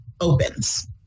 opens